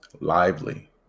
lively